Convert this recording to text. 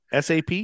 SAP